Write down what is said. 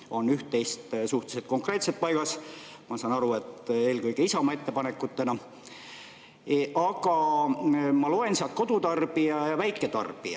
on üht-teist suhteliselt konkreetselt paigas. Ma saan aru, et eelkõige Isamaa ettepanekutena. Aga ma loen sealt "kodutarbija" ja "väiketarbija"